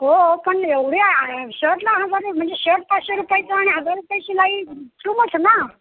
हो पण एवढ्या शर्टला हजार रु म्हणजे शट पाचशे रुपयेचं आणि हजार रुपये शिलाई टू मच ना